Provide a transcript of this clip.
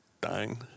dying